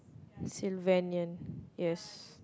silvenian yes